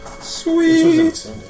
Sweet